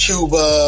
Cuba